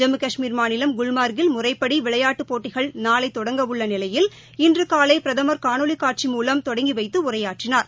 ஜம்மு கஷ்மீர் மாநிலம் குன்மார்க்கில் முறைப்படிவிளையாட்டுப் போட்டிகள் நாளைதொடங்க உள்ளநிலையில் இன்றுகாலைபிரதம் காணொலிகாட்சி மூலம் தொடங்கிலைத்துஉரையாற்றினார்